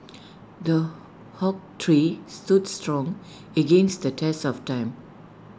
the oak tree stood strong against the test of time